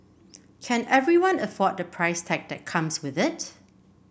can everyone afford the price tag that comes with it